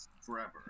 forever